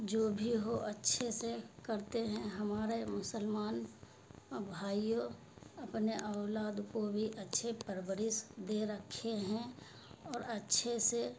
جو بھی ہو اچھے سے کرتے ہیں ہمارے مسلمان بھائیوں اپنے اولاد کو بھی اچھے پرورش دے رکھے ہیں اور اچھے سے